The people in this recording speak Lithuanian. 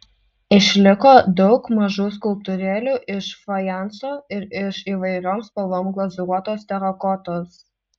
išliko daug mažų skulptūrėlių iš fajanso ir iš įvairiom spalvom glazūruotos terakotos